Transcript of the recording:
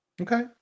okay